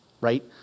right